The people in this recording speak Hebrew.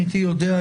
הייתי יודע,